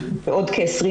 כידוע לוועדה,